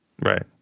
right